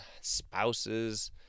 spouses